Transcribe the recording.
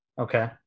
Okay